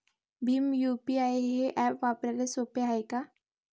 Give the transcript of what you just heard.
Bhim UPI हे app वापराले सोपे हाय का?